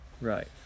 Right